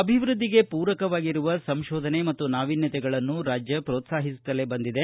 ಅಭಿವೃದ್ದಿಗೆ ಪೂರಕವಾಗಿರುವ ಸಂಶೋಧನೆ ಮತ್ತು ನಾವಿನ್ಯತೆಗಳನ್ನು ರಾಜ್ಯ ಪೋತ್ಸಾಹಿಸುತ್ತಲೇ ಬಂದಿದೆ